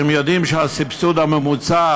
אתם יודעים שהסבסוד הממוצע